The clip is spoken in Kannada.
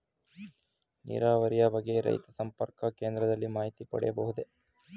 ನೀರಾವರಿಯ ಬಗ್ಗೆ ರೈತ ಸಂಪರ್ಕ ಕೇಂದ್ರದಲ್ಲಿ ಮಾಹಿತಿ ಪಡೆಯಬಹುದೇ?